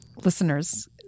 listeners